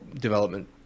development